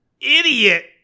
idiot